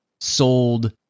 sold